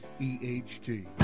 EHT